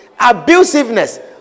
abusiveness